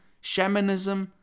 shamanism